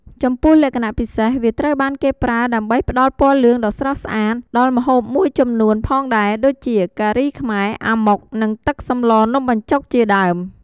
ចំពោះលក្ខណៈពិសេស វាត្រូវបានគេប្រើដើម្បីផ្តល់ពណ៌លឿងដ៏ស្រស់ស្អាតដល់ម្ហូបមួយចំនួនផងដែរដូចជា ការីខ្មែរ អាម៉ុក និងទឹកសម្លនំបញ្ចុកជាដើម។